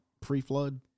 pre-flood